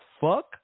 fuck